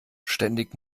ständig